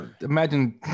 imagine